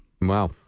Wow